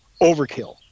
Overkill